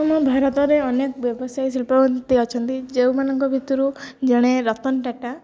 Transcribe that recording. ଆମ ଭାରତରେ ଅନେକ ବ୍ୟବସାୟୀ ଅଛନ୍ତି ଯେଉଁମାନଙ୍କ ଭିତରୁ ଜଣେ ରତନ ଟାଟା